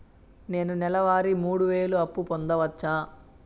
నేను నెల వారి మూడు వేలు అప్పు పొందవచ్చా?